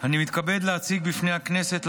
אני מתכבד להציג בפני הכנסת,